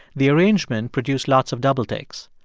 the arrangement produced lots of double takes.